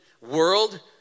world